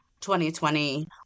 2020